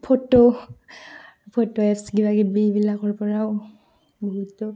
photo photo এপছ কিবাকিবি এইবিলাকৰ পৰাও বহুতো